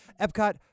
Epcot